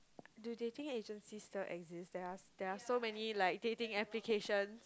do dating agencies still exists there are there are so many like dating application